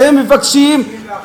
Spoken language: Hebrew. אז הם מבקשים, 51 מיליארדים.